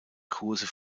kurse